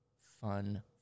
fun